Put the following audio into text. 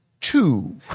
two